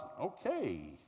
okay